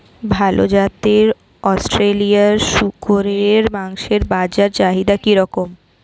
ভাল জাতের অস্ট্রেলিয়ান শূকরের মাংসের বাজার চাহিদা কি রকম?